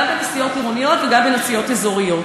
גם בנסיעות עירוניות וגם בנסיעות אזוריות,